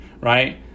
right